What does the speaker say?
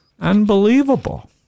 unbelievable